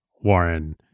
Warren